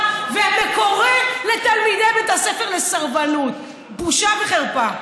וקורא לתלמידי בית הספר לסרבנות: בושה וחרפה.